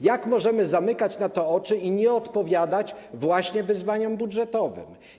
Jak możemy zamykać na to oczy i nie odpowiadać właśnie wyzwaniom budżetowym?